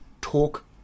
talk